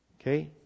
Okay